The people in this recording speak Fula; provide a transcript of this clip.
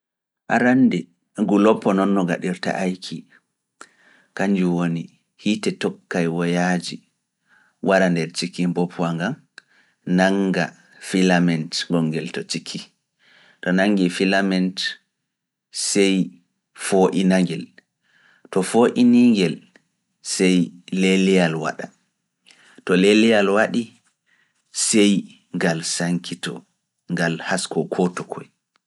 Arannde ngu lobbo noon no ngaɗirta ayki, kanjum woni hiite tokkay woyaaji wara nder cikii mboppa nga, nannga filament gonngel to cikii, to nanngi filament sey foo'ina ngel, to foo'ini ngel sey leeliyal waɗa, to leeliyal waɗi sey ngal sankitoo ngal hasko kooto koye.